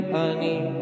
honey